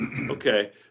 okay